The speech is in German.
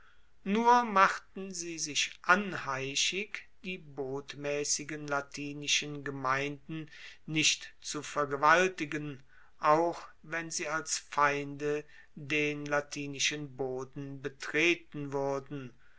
nur machten sie sich anheischig die botmaessigen latinischen gemeinden nicht zu vergewaltigen auch wenn sie als feinde den latinischen boden betreten wuerden